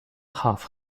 half